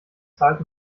zahlt